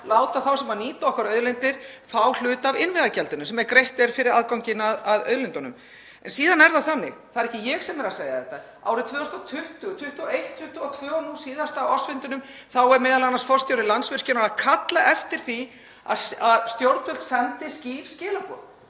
láta þá sem nýta okkar auðlindir fá hluta af innviðagjaldinu sem greitt er fyrir aðganginn að auðlindunum. Síðan er það þannig — það er ekki ég sem er að segja þetta — að árið 2020, 2021, 2022 og nú síðast á ársfundi Landsvirkjunar er m.a. forstjóri Landsvirkjunar að kalla eftir því að stjórnvöld sendi skýr skilaboð.